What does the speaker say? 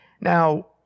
Now